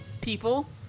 people